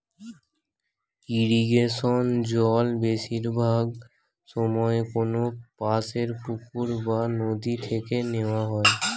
ইরিগেশনে জল বেশিরভাগ সময়ে কোনপাশের পুকুর বা নদি থেকে নেওয়া হয়